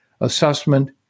assessment